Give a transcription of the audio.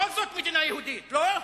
בכל זאת מדינה יהודית, לא?